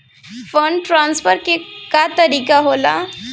Fund transfer के का तरीका होला?